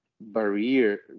barrier